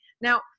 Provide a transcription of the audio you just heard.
Now